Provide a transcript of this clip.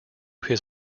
his